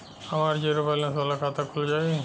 हमार zero balance वाला खाता खुल जाई?